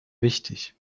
wichtig